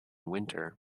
winter